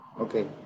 Okay